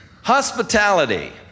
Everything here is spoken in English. Hospitality